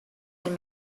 and